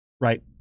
right